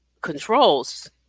controls